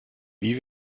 wie